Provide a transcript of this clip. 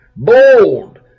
Bold